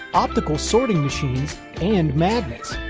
optical sorting machines and magnets.